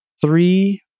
three